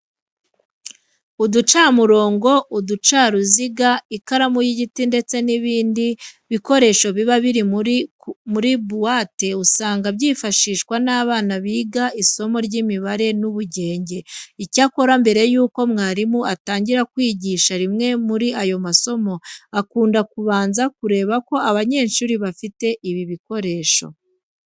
Uducamurongo, uducaruziga, ikaramu y'igiti ndetse n'ibindi bikoresho biba biri muri buwate usanga byifashishwa n'abana biga isomo ry'imibare n'ubugenge. Icyakora mbere yuko mwarimu atangira kwigisha rimwe muri aya masomo, akunda kubanza kureba ko abanyeshuri bafite ibi bikoresho.